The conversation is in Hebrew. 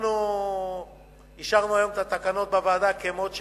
אנחנו אישרנו בוועדה את התקנות כמות שהן,